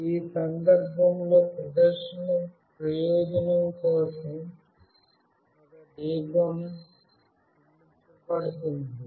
ఈ సందర్భంలో ప్రదర్శన ప్రయోజనం కోసం ఒక దీపం బల్బ్ ఉపయోగించబడుతుంది